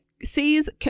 Sees